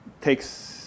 takes